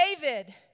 David